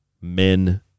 men